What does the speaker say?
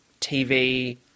tv